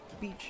Beach